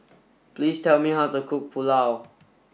please tell me how to cook Pulao